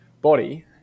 body